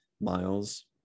miles